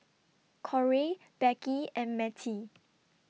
Korey Becky and Mettie